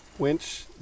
Winch